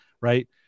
right